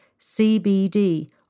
CBD